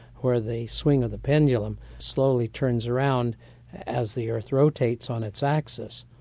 where the swing of the pendulum slowly turns around as the earth rotates on its axis.